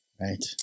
Right